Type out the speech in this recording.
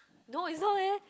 no it's no leh